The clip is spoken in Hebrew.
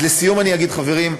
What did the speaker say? לסיום אגיד, חברים,